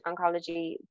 oncology